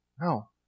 No